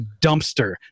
dumpster